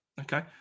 Okay